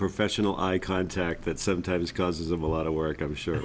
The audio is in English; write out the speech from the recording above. professional i contact that sometimes causes of a lot of work i'm sure